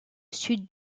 sud